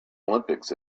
olympics